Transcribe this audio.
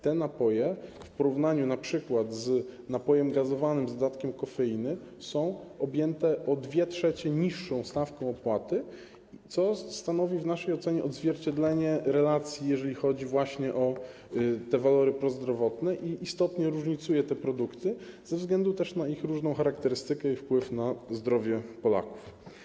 Te napoje, w porównaniu np. z napojem gazowanym z dodatkiem kofeiny, są objęte o 2/3 niższą stawką opłaty, co stanowi w naszej ocenie odzwierciedlenie relacji, jeżeli chodzi właśnie o walory prozdrowotne, i istotnie różnicuje te produkty ze względu też na ich różną charakterystykę i wpływ na zdrowie Polaków.